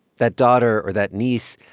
that daughter or that niece,